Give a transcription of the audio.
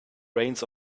reins